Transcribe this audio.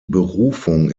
berufung